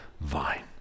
vine